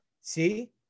see